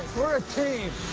we're a team!